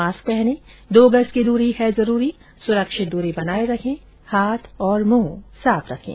mask पहनें दो गज की दूरी है जरूरी सुरक्षित दूरी बनाए रखें हाथ और मुंह साफ रखें